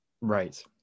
Right